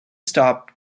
stop